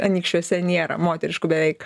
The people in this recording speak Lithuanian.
anykščiuose nėra moteriškų beveik